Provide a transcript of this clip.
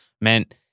meant